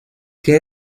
que